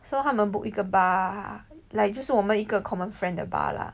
so 他们 book 一个 bar like 就是我们一个 common friend 的 bar 啦